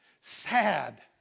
sad